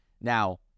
Now